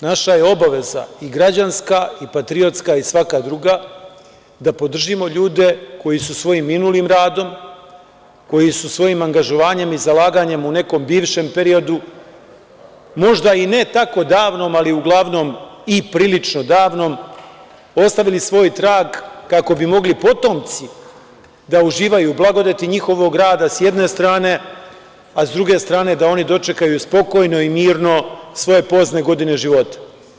Naša je obaveza i građanska i patriotska i svaka druga da podržimo ljude koji su svojim minulim radom, koji su svojim angažovanjem i zalaganjem u nekom bivšem periodu, možda i ne tako davno, ali uglavnom i prilično davno, ostavili svoj trag kako bi mogli potomci da uživaju u blagodeti njihovog rada, s jedne strane, a sa druge strane da oni dočekaju spokojno i mirno svoje pozne godine života.